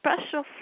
special